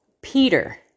Peter